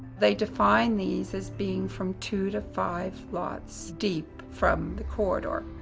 they define these as being from two to five lots deep from the corridor.